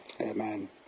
amen